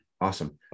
Awesome